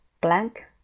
Blank